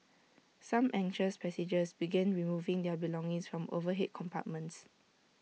some anxious passengers began removing their belongings from the overhead compartments